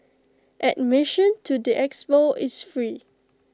admission to the expo is free